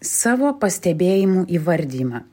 savo pastebėjimų įvardijimą